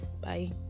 bye